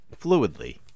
fluidly